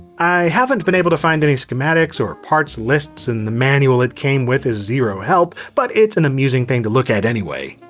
i haven't been able to find any schematics or parts lists, and the manual it came with is zero help, but it's an amusing thing to look at anyway.